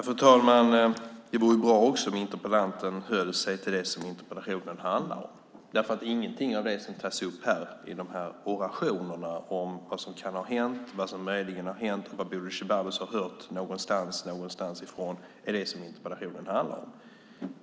Fru talman! Det vore bra om interpellanten höll sig till det som interpellationen handlar om. Inget av det som tas upp i orationerna om vad som kan ha hänt och vad Bodil Ceballos har hört är vad interpellationen handlar om.